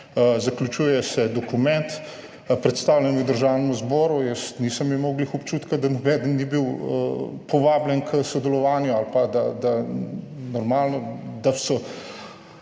Zaključuje se dokument, predstavljen je Državnemu zboru. Jaz nisem imel ravno občutka, da nobeden ni bil povabljen k sodelovanju ali pa …